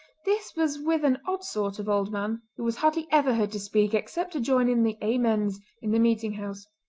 this was with an odd sort of old man who was hardly ever heard to speak except to join in the amens in the meeting-house.